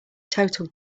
total